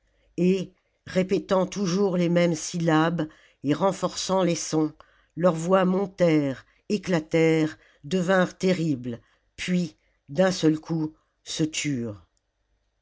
et répétant toujours les mêmes syllabes et renforçant les sons leurs voix montèrent éclatèrent devinrent terribles puis d'un seul coup se turent